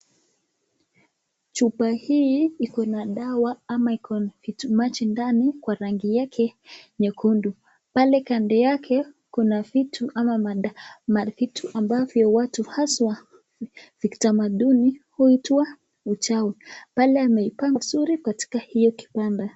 Chupa hii iko na dawa ama iko kitu maji ndani kwa rangi yake nyekundu. Pale kando yake kuna vitu ama madawa vitu ambavyo watu haswa kitamaduni huitwa uchawi. Pale ameipanga vizuri katika hiyo kibanda.